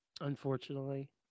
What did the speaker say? unfortunately